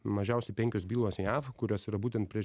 mažiausiai penkios bylos jav kurios yra būtent prieš